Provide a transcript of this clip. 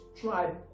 try